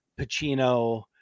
Pacino